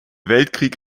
weltkrieg